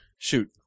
Shoot